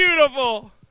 beautiful